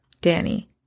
Danny